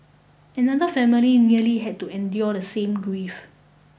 another family nearly had to endure the same grief